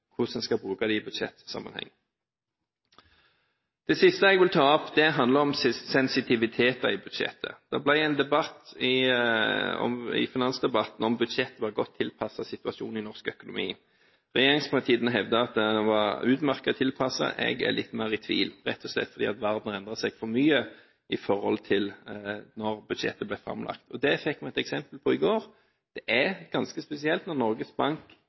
hvordan en skal bruke det i budsjettsammenheng. Det siste jeg vil ta opp, handler om sensitivitet i budsjettet. Det ble en debatt i finansdebatten om budsjettet var godt tilpasset situasjonen i norsk økonomi. Regjeringspartiene hevdet at det var utmerket tilpasset. Jeg er litt mer i tvil, rett og slett fordi verden har endret seg mye i forhold til når budsjettet ble framlagt. Det fikk vi et eksempel på i går. Det er ganske spesielt når Norges Bank